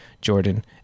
Jordan